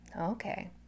Okay